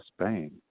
Spain